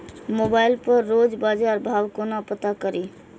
Mobile पर रोज बजार भाव कोना पता करि?